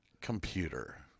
computer